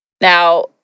Now